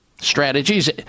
strategies